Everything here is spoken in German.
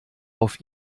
auf